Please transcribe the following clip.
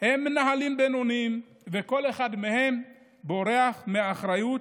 הם מנהלים בינוניים, וכל אחד מהם בורח מאחריות.